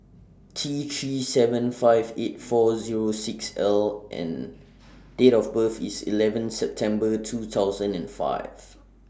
T three seven five eight four Zero six L and Date of birth IS eleven September two thousand and five